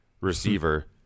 receiver